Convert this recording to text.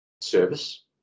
service